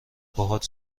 باهات